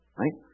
right